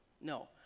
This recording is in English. No